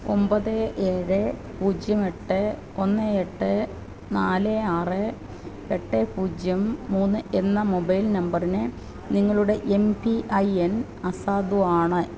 ഒൻപത് ഏഴ് പൂജ്യം എട്ട് ഒന്ന് എട്ട് നാല് ആറ് എട്ട് പൂജ്യം മൂന്ന് എന്ന മൊബൈൽ നമ്പറിനു നിങ്ങളുടെ എം പി ഐ എൻ അസാധുവാണ്